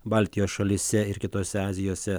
baltijos šalyse ir kitose azijose